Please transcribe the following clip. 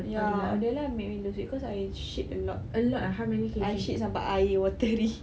ya Odella made me lose weight because I shit a lot I shit sampai air watery